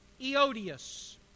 Eodius